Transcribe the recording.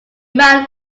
man